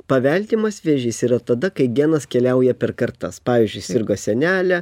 paveldimas vėžys yra tada kai genas keliauja per kartas pavyzdžiui sirgo senelė